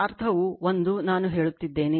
ಅರ್ಥವು ಒಂದು ನಾನು ಹೇಳುತ್ತಿದ್ದೇನೆ